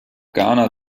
ghana